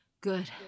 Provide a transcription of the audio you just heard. Good